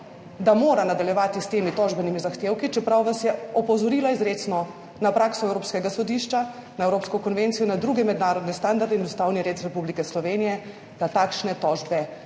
da mora nadaljevati s temi tožbenimi zahtevki, čeprav vas je izrecno opozorila na prakso Evropskega sodišča, na evropsko konvencijo, na druge mednarodne standarde in ustavni red Republike Slovenije, da takšne tožbe